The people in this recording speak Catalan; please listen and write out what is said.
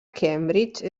cambridge